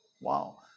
Wow